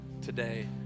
today